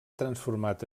transformat